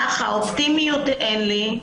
אופטימיות אין לי.